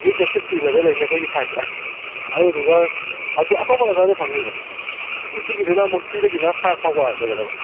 U K six to eleven ꯂꯩꯅꯤ ꯑꯩꯈꯣꯏꯒꯤ ꯁꯥꯏꯖꯇ ꯑꯗꯨꯗꯨꯒ ꯑꯇꯣꯞꯄ ꯖꯒꯥꯗ ꯐꯪꯅꯤ ꯕ꯭ꯔꯣ ꯅꯨꯄꯤꯒꯤꯗꯨꯅ ꯑꯃꯨꯛ ꯊ꯭ꯔꯤꯗꯒꯤꯅ ꯐꯥꯏꯚ ꯐꯥꯎꯕ ꯂꯩꯒꯗꯕ